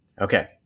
Okay